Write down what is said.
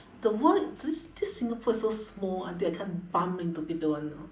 the world is this this singapore is so small until I can't bump into people [one] you know